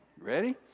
Ready